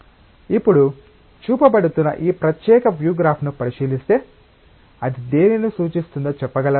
ఇప్పుడు చూపబడుతున్న ఈ ప్రత్యేక వ్యూ గ్రాఫ్ ను పరిశీలిస్తే అది దేనిని సూచిస్తుందో చెప్పగలరా